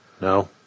No